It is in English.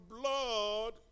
blood